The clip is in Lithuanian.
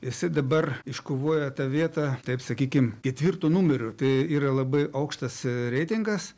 jisai dabar iškovojo tą vietą taip sakykim ketvirtu numeriu tai yra labai aukštas reitingas